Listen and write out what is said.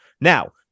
Now